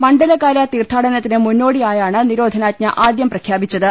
മണ്ഡലകാല തീർത്ഥാടനത്തിന് മുന്നോടിയായാണ് നിരോധനാജ്ഞ ആദ്യം പ്രഖ്യാപിച്ചത്